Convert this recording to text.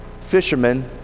fishermen